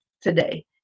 today